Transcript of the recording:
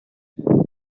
new